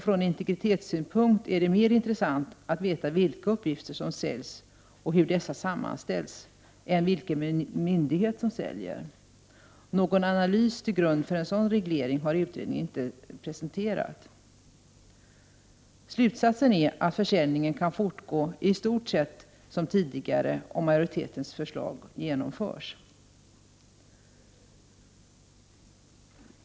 Från integritetssynpunkt är det emellertid mer intressant att veta vilka uppgifter som säljs och hur dessa sammanställs än vilken myndighet som säljer dem. Någon analys till grund för en sådan reglering har utredningen inte presenterat. Slutsatsen är att försäljningen kan fortgå i stort sett som tidigare, om majoritetens förslag genomförs.